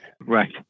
Right